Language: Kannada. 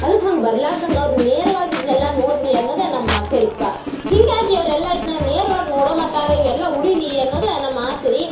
ಅದಕ್ಕೆ ಹಂಗೆ ಬರ್ಲಾರ್ದಂಗೆ ಅವ್ರು ನೇರವಾಗಿ ಇದನ್ನೆಲ್ಲ ನೋಡಲಿ ಅನ್ನೋದೇ ನಮ್ಮ ಆಸೆ ರೀ ಪ ಹೀಗಾಗಿ ಅವರೆಲ್ಲ ಇದನ್ನ ನೇರ್ವಾಗಿ ನೋಡೋ ಮಟ್ಟಾರೂ ಇವೆಲ್ಲ ಉಳಿಯಲಿ ಅನ್ನೋದೇ ನಮ್ಮ ಆಸೆ ರೀ